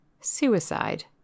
suicide